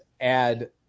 add